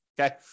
Okay